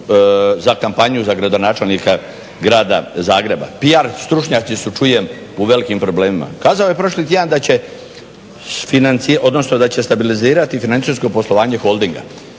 za kompaniju za gradonačelnika grada Zagreba, pijar stručnjaci su čujem u velikim problemima. Kazao je prošli tjedan da će stabilizirati financijsko poslovanje Holdinga.